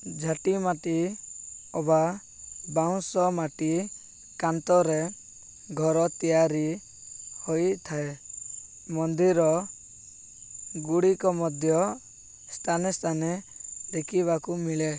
ଝାଟି ମାଟି ଅବା ବାଉଁଶ ମାଟି କାନ୍ଥରେ ଘର ତିଆରି ହୋଇଥାଏ ମନ୍ଦିର ଗୁଡ଼ିକ ମଧ୍ୟ ସ୍ଥାନେ ସ୍ଥାନେ ଦେଖିବାକୁ ମିଳେ